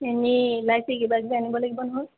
চেনি ইলাইচি কিবাকিবি আনিব লাগিব নহয়